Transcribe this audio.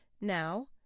Now